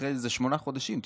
אחרי איזה שמונה חודשים,